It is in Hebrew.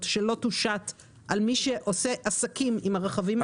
שלא תושת על מי שעושה עסקים עם הרכבים האלה,